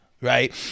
right